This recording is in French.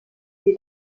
est